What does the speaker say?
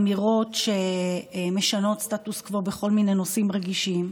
אמירות שמשנות סטטוס קוו בכל מיני נושאים רגישים,